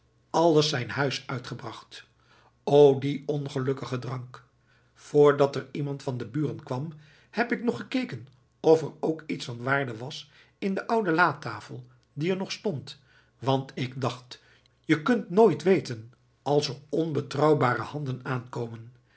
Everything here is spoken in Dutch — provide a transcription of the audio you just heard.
alles zijn huis uitgebracht o die ongelukkige drank voordat er iemand van de buren kwam heb ik nog gekeken of er ook iets van waarde was in de oude latafel die er nog stond want ik dacht je kunt nooit weten als er onbetrouwbare handen aankomen